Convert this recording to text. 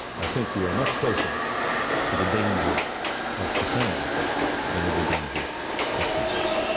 i think we are much closer to the danger of cassandra than of the danger of croesus.